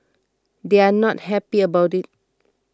they're not happy about it